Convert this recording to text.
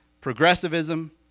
progressivism